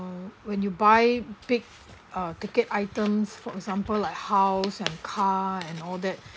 when you buy big uh ticket items for example like house and car and all that